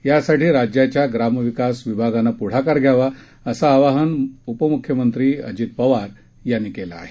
यासाठी राज्याच्या ग्रामविकास विभागानं प्ढाकार घ्यावा असं आवाहन उपम्ख्यमंत्री अजित पवार यांनी केलं आहे